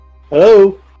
Hello